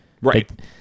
Right